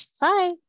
Bye